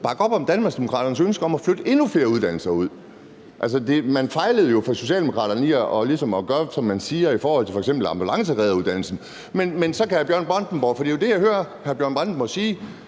bakke op om Danmarksdemokraternes ønske om at flytte endnu flere uddannelser ud? Man fejlede jo fra Socialdemokraternes side ligesom i at gøre, som man siger i forhold til f.eks. ambulanceredderuddannelsen. Jeg hører jo hr. Bjørn Brandenborg sige, at det ikke er for godt,